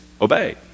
obey